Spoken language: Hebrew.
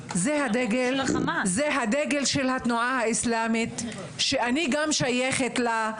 זה הדגל של התנועה האסלאמית שאני גם שייכת לה,